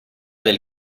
del